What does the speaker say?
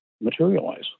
materialize